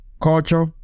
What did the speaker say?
culture